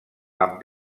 amb